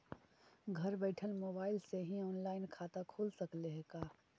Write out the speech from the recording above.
घर बैठल मोबाईल से ही औनलाइन खाता खुल सकले हे का?